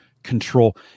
control